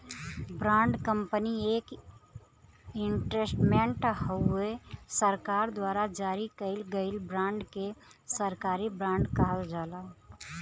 bond company एक instrument हउवे सरकार द्वारा जारी कइल गयल बांड के सरकारी बॉन्ड कहल जाला